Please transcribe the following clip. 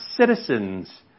citizens